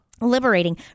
Liberating